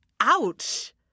ouch